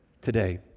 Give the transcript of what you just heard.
today